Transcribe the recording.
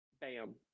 bam